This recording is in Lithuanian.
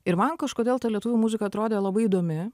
ir man kažkodėl ta lietuvių muzika atrodė labai įdomi